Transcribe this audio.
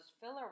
filler